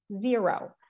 Zero